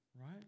right